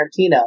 Tarantino